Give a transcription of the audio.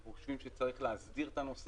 אנחנו חושבים שצריך להסדיר את הנושא